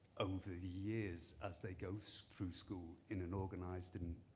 over the years as they go so through school in an organized and